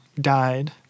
died